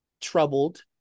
troubled